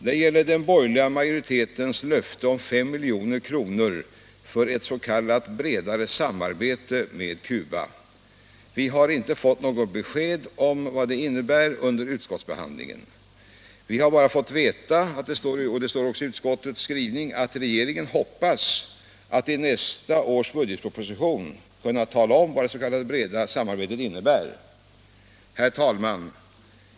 Det gäller den borgerliga majoritetens löfte om 5 milj.kr. för ett s.k. bredare samarbete med Cuba. Vi har inte fått något besked under utskottsbehandlingen om vad det innebär. Vi har bara fått veta — och det står i utskottets skrivning —- ”att regeringen hoppas” att i nästa års budgetproposition kunna tala om vad det s.k. breda samarbetet innebär. Herr talman!